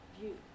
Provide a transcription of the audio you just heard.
view